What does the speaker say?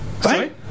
Sorry